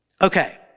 Okay